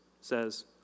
says